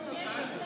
שמית.